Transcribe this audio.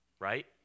Right